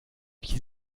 wie